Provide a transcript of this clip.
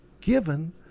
given